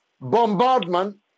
bombardment